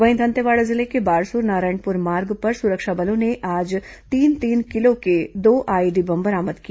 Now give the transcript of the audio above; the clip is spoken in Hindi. वहीं दंतेवाड़ा जिले के बारसूर नारायणपुर मार्ग पर सुरक्षा बलों ने आज तीन तीन किलो के दो आईईडी बम बरामद किया